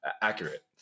accurate